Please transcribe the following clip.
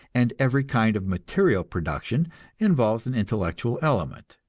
and every kind of material production involves an intellectual element.